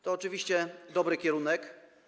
To oczywiście dobry kierunek.